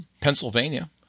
Pennsylvania